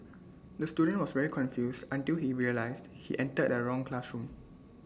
the student was very confused until he realised he entered the wrong classroom